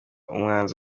umwanzi